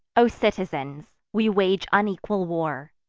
o citizens, we wage unequal war,